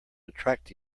attract